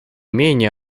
менее